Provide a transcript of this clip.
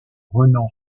renan